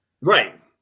Right